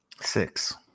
six